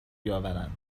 بیاورند